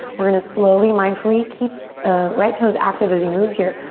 we're gonna slowly, mindfully keep ah right toes active as you move here.